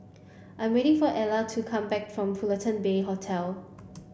I'm waiting for Elia to come back from Fullerton Bay Hotel